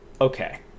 okay